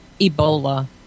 Ebola